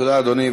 תודה, אדוני.